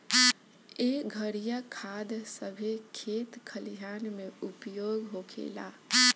एह घरिया खाद सभे खेत खलिहान मे उपयोग होखेला